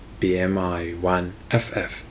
BMI1FF